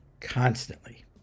constantly